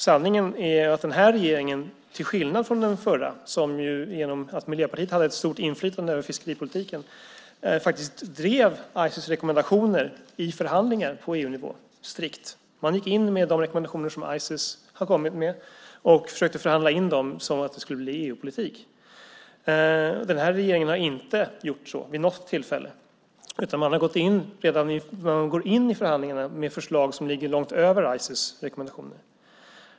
Sanningen är att den förra regeringen, som ju genom att Miljöpartiet hade ett stort inflytande över fiskeripolitiken, faktiskt drev Ices rekommendationer i förhandlingar på EU-nivå strikt. Man gick in med de rekommendationer som Ices hade kommit med och försökte förhandla in dem så att det skulle bli EU-politik. Den här regeringen har inte gjort så vid något tillfälle. Man har gått in i förhandlingarna med förslag som ligger långt över Ices rekommendationer.